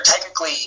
technically